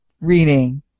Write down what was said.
reading